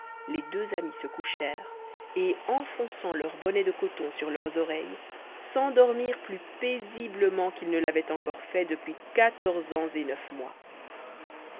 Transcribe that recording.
les deux amis se couchèrent et enfonçant leurs bonnets de coton sur leurs oreilles s'endormirent plus paisiblement qu'ils ne l'avaient encore fait depuis quatorze ans et neuf mois